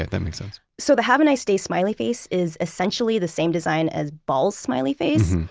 that makes sense so the have a nice day smiley face is essentially the same design as ball's smiley face,